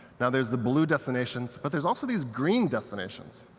now there's the blue destinations, but there's also these green destinations.